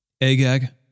Agag